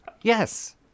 Yes